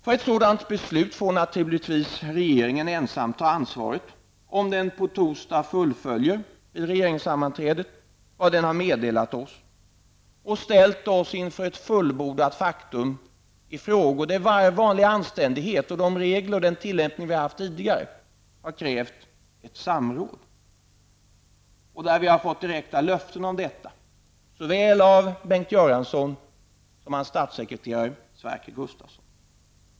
För ett sådant beslut får naturligtvis regeringen ensam ta ansvaret om den vid regeringssammanträdet på torsdag fullföljer vad den har meddelat oss. Vi har ställts inför ett fullbordat faktum i frågor där vanlig anständighet och de regler och den tillämpning vi har haft tidigare har krävt ett samråd och där vi fått direkta löften såväl av Bengt Göransson som av hans statssekreterare Sverker Gustavsson.